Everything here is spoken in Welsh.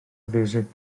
fiwsig